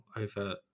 over